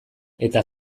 eta